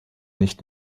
nicht